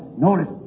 Notice